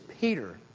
Peter